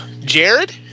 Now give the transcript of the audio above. Jared